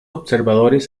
observadores